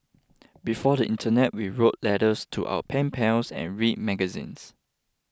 before the internet we wrote letters to our pen pals and read magazines